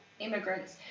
immigrants